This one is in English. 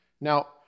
Now